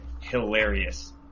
hilarious